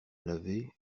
laver